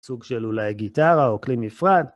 סוג של אולי גיטרה או כלי מפרט.